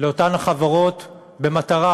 לאותן החברות במטרה,